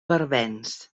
barbens